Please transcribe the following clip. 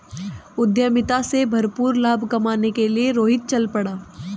उद्यमिता से भरपूर लाभ कमाने के लिए रोहित चल पड़ा